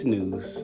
News